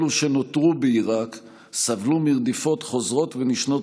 אלו שנותרו בעיראק סבלו מרדיפות חוזרות ונשנות